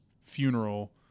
funeral